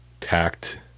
tact